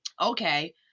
okay